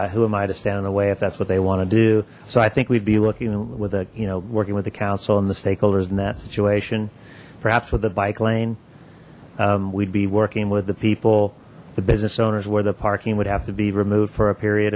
would i who am i to stand in the way if that's what they want to do so i think we'd be looking with a you know working with the council and the stakeholders in that situation perhaps with the bike lane we'd be working with the people the business owners where the parking would have to be removed for a period